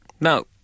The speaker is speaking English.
Now